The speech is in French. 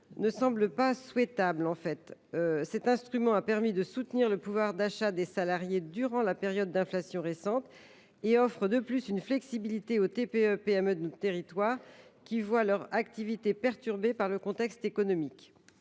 ne semble pas souhaitable. Cet instrument a permis de soutenir le pouvoir d’achat des salariés durant la période d’inflation récente et offre, de plus, une flexibilité aux TPE et PME de notre territoire qui voient leur activité perturbée par le contexte économique.